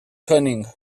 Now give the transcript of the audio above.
cunning